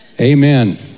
Amen